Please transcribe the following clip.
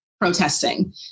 protesting